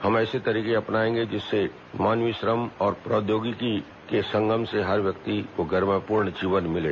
हम ऐसे तरीके अपनाएंगे जिसमें मानवीय श्रम और प्रौद्योगिकी के संगम से हर व्यक्ति को गरिमापूर्ण जीवन मिले